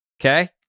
Okay